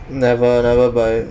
never never buy